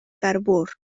carbur